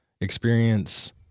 experience